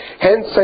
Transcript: Hence